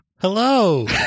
Hello